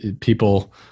people